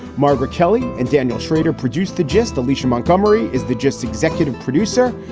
margaret kelly and daniel shrader produced the gist. alicia montgomery is the gist executive producer.